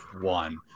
one